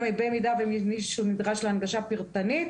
במידה ומישהו נדרש להנגשה פרטנית